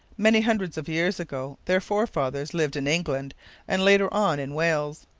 many hundreds of years ago their forefathers lived in england and later on in wales.